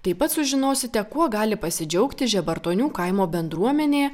taip pat sužinosite kuo gali pasidžiaugti žibartonių kaimo bendruomenė